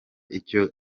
icyo